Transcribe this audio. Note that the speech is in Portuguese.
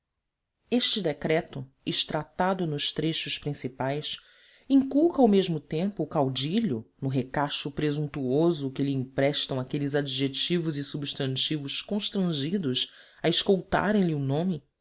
este decreto extratado nos trechos principais inculca ao mesmo tempo o caudilho no recacho presuntuoso que lhe emprestam aqueles adjetivos e substantivos constrangidos a escoltarem lhe o nome